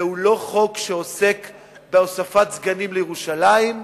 זה לא חוק שעוסק בהוספת סגנים לירושלים,